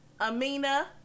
Amina